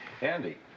Andy